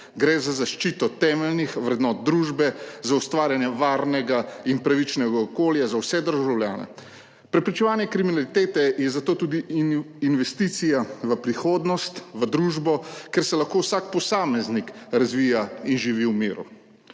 gre za zaščito temeljnih vrednot družbe, za ustvarjanje varnega in pravičnega okolja za vse državljane. Preprečevanje kriminalitete je zato tudi investicija v prihodnost, v družbo, kjer se lahko vsak posameznik razvija in živi v miru.